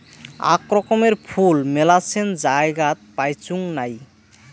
আক রকমের ফুল মেলাছেন জায়গাত পাইচুঙ নাই